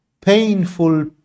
painful